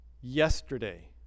yesterday